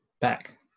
back